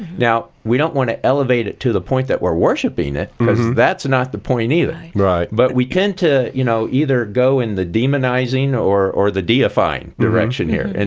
now we don't want to elevate it to the point that we're worshipping it, because that's not the point either. but we tend to you know either go in the demonizing or or the deifying direction here. and